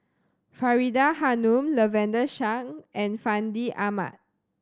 Faridah Hanum Lavender Chang and Fandi Ahmad